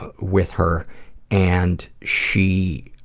ah with her and she